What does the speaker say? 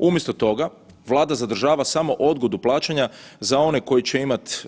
Umjesto toga Vlada zadržava samo odgodu plaćanja za one koji će imati